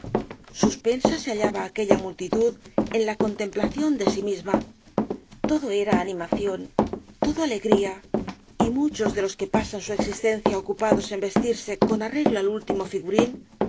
suspensa se hallaba aquella multitud en la contemplación de sí misma todo era animación todo alegría y muchos de los que pasan su existencia ocupados en vestirse con arreglo al último figurín